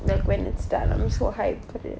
that when it's time so how you put it